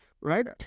right